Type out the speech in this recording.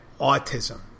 autism